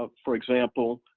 ah for example,